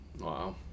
Wow